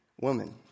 Woman